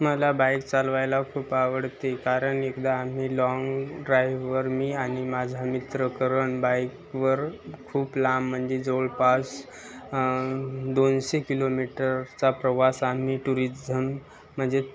मला बाईक चालवायला खूप आवडते कारण एकदा आम्ही लाँग ड्राइव्हवर मी आणि माझा मित्र करण बाईकवर खूप लांब म्हणजे जवळपास दोनशे किलोमीटरचा प्रवास आम्ही टुरिझम म्हणजे